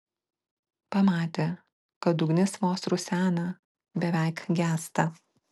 pamatė kad ugnis vos rusena beveik gęsta